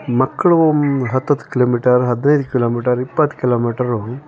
ಮಕ್ಕಳು ಹತ್ತತ್ತು ಕಿಲೋಮೀಟರ್ ಹದಿನೈದು ಕಿಲೋಮೀಟರ್ ಇಪ್ಪತ್ತು ಕಿಲೋಮೀಟರ್